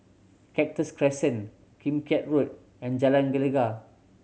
Cactus Crescent Kim Keat Road and Jalan Gelegar